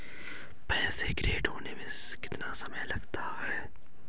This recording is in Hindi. पैसा क्रेडिट होने में कितना समय लगता है?